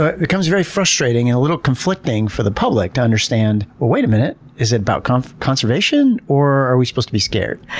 ah it becomes very frustrating and a little conflicting for the public to understand, wait a minute, is it about kind of conservation? or are we supposed to be scared?